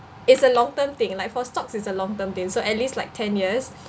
it's a long term thing like for stocks it's a long term thing so at least like ten years